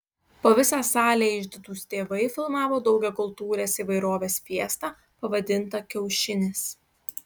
po visą salę išdidūs tėvai filmavo daugiakultūrės įvairovės fiestą pavadintą kiaušinis